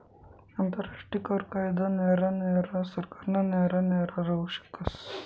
आंतरराष्ट्रीय कर कायदा न्यारा न्यारा सरकारना न्यारा न्यारा राहू शकस